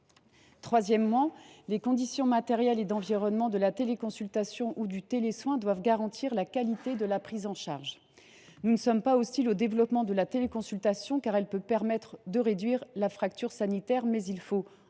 troisièmement, les conditions matérielles et environnementales de la téléconsultation ou du télésoin doivent garantir la qualité de la prise en charge. Nous ne sommes pas hostiles au développement de la téléconsultation, car celle ci peut réduire la fracture sanitaire, mais il faut l’encadrer.